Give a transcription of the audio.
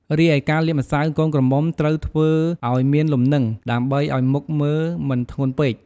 រីឯការលាបម្សៅកូនក្រមុំត្រូវធ្វើឲ្យមានលំនិង ដើម្បីអោយមុខមើលមិនធ្ងន់ពេក។